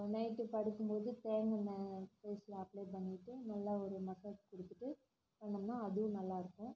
night படுக்கும் போது தேங்காண்ணய் ஃபேஸ்ல அப்ளை பண்ணிட்டு நல்லா ஒரு மசாஜ் குடுத்துட்டு தூங்குனோம்னால் அதுவும் நல்லா இருக்கும்